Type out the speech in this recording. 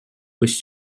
was